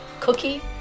cookie